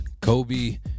Kobe